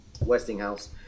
Westinghouse